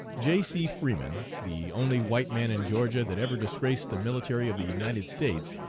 j. c. freeman, the only white man in georgia that ever disgraced the military of the united states,